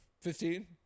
Fifteen